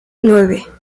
nueve